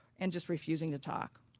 and just refusing to talk.